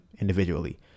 individually